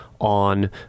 on